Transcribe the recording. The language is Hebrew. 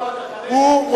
אבל הוא,